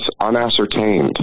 unascertained